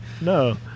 No